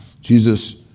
Jesus